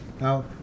Now